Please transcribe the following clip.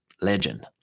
legend